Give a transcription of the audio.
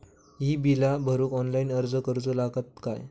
ही बीला भरूक ऑनलाइन अर्ज करूचो लागत काय?